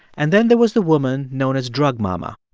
and then there was the woman known as drug mama.